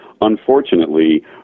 Unfortunately